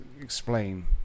explain